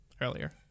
earlier